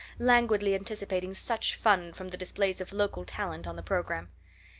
languidly anticipating such fun from the displays of local talent on the program.